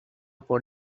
por